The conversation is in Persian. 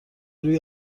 روی